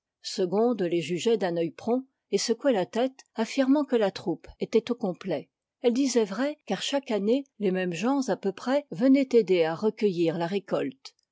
segonde les jugeait d'un œil prompt et secouait la tête affirmant que la troupe était au complet elle disait vrai car chaque année les mêmes gens à peu près venaient aider à recueillir la récoite